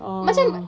ah